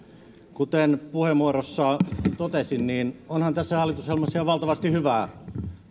kuten puheenvuorossani totesin niin onhan tässä hallitusohjelmassa ihan valtavasti hyvää